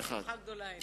שמחה גדולה אין כאן.